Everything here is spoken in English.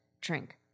drink